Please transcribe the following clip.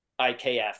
IKF